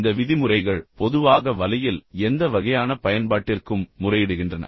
இந்த விதிமுறைகள் பொதுவாக வலையில் எந்த வகையான பயன்பாட்டிற்கும் முறையிடுகின்றன